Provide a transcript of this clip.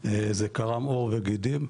זה קרם עור וגידים.